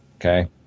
okay